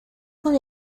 con